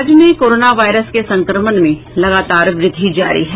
राज्य में corona virus के संक्रमण में लगातार वृद्धि जारी है